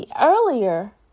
earlier